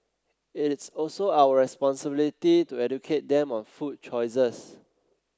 it is also our responsibility to educate them on food choices